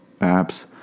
apps